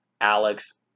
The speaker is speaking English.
Alex